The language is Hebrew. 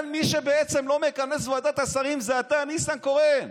מי שבעצם לא מכנס את ועדת השרים זה אתה, ניסנקורן,